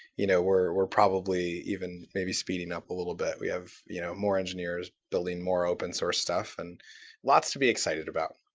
you know we're we're probably even maybe speeding up a little bit. we have you know more engineers building more open-source stuff, and lots to be excited about.